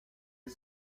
est